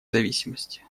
зависимости